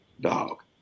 dog